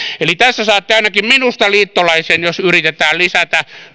tässä saatte ainakin minusta liittolaisen jos yritetään lisätä